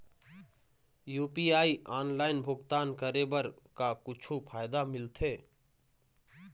UPI online भुगतान करे बर का कुछू फायदा मिलथे?